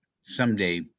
someday